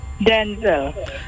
Denzel